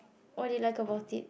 what do you like about it